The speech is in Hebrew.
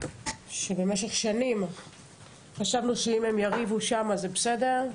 שבמשך שנים חשבנו שאם הם יריבו שם זה בסדר,